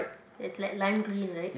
it's like lime green right